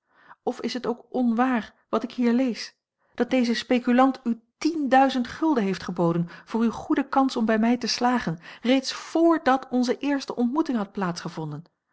of is het ook onwaar wat ik hier lees dat deze speculant u tienduizend gulden heeft geboden voor uw goede kans om bij mij te slagen reeds vrdat onze eerste ontmoeting had